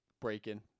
breaking